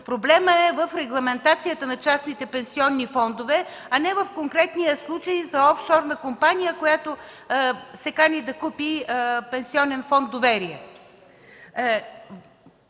Проблемът е в регламентацията на частните пенсионни фондове, а не в конкретния случай за офшорна компания, която се кани да купи пенсионен фонд „Доверие”.